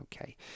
okay